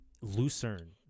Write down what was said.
Lucerne